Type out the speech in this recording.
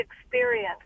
experience